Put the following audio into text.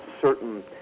certain